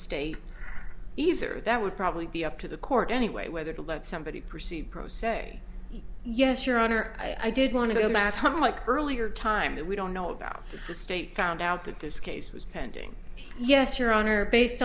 state either that would probably be up to the court anyway whether to let somebody proceed pro say yes your honor i did want to go back home like earlier time that we don't know about the state found out that this case was pending yes your honor based